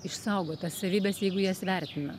išsaugo tas savybes jeigu jas vertina